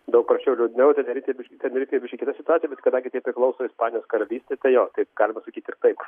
daug prasčiau ir liūdniau tenerifėj biškį tenerifėj biškį kita situacija bet kadangi tai priklauso ispanijos karalystei tai jo taip galima sakyt ir taip